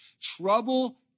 trouble